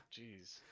Jeez